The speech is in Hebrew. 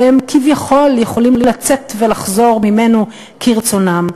והם כביכול יכולים לצאת ולחזור ממנו כרצונם.